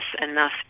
enough